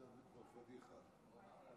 עברנו כבר כמה גלים, היינו גם בקואליציה.